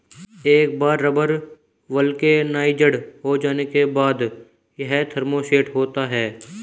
एक बार rubber vulcanised हो जाने के बाद, यह थर्मोसेट होता है